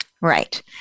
Right